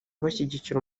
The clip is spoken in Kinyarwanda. bashyigikira